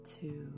two